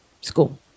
school